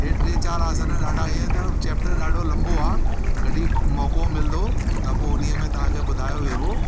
हे टे चारि आसन ॾाढा ईंअ त चेप्टर ॾाढो लंबो आहे कॾहिं मौक़ो मिलंदो त पोइ उन्हीअ में तव्हांखे ॿुधायो वेंदो